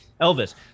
Elvis